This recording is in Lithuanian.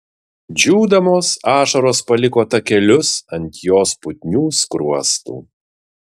džiūdamos ašaros paliko takelius ant jos putnių skruostų